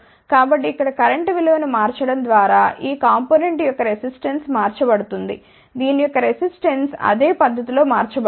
కాబట్టి ఇక్కడ కరెంట్ విలువను మార్చడం ద్వారా ఈ కాంపొనెంట్ యొక్క రెసిస్టెన్స్ మార్చబడుతుంది దీని యొక్క రెసిస్టెన్స్ అదే పద్ధతి లో మార్చబడుతుంది